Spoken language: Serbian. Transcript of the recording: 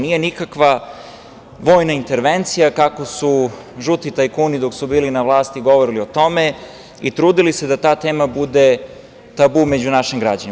Nije nikakva vojna intervencija, kako su žuti tajkuni dok su bili na vlasti govorili o tome i trudili se da ta tema bude tabu među našim građanima.